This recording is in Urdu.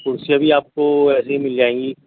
کرسیاں بھی آپ کو ایسے ہی مل جائیں گی